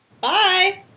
Bye